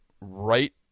right